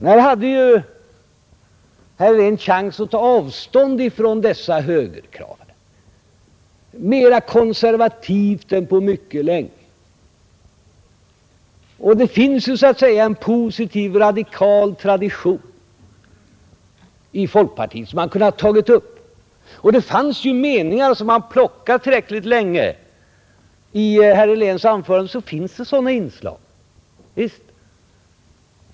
Här hade herr Helén chansen att ta avstånd från dessa högerkrav, mera konservativa än på mycket länge. Det finns också en positiv radikal tradition i folkpartiet som han hade kunnat ta upp, och om man plockar tillräckligt länge i herr Heléns anförande hittar man sådana inslag. Javisst!